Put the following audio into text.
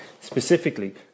specifically